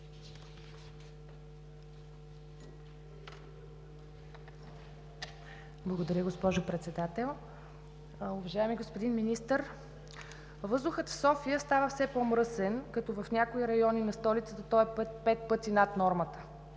Благодаря, госпожо Председател.